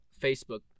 Facebook